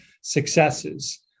successes